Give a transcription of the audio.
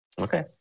Okay